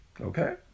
Okay